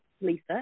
lisa